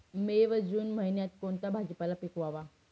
मे व जून महिन्यात कोणता भाजीपाला पिकवावा?